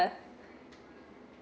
ya